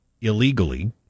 illegally